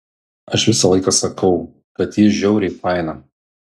aš visą laiką sakau kad ji žiauriai faina